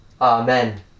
Amen